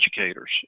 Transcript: educators